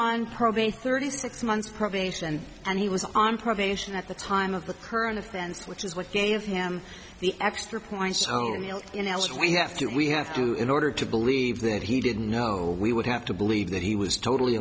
on probation thirty six months probation and he was on probation at the time of the current offense which is what gave him the extra points in else we have to we have to in order to believe that he didn't know we would have to believe that he was totally